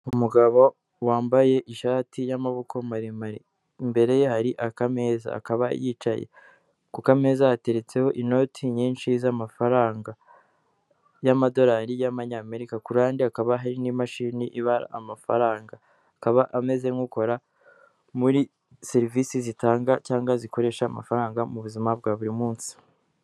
Umugabo wambaye ishati y'amaboko maremare, imbere ye hari aka meza akaba yicaye ku kameza hateretseho inoti nyinshi z'amafaranga y'amadorari y'amanyamerika, ku ruhande hakaba hari n'imashini ibara amafaranga, akaba ameze nk'ukora muri serivisi zitanga cyangwa zikoresha amafaranga mu buzima bwa buri munsi.